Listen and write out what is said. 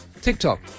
TikTok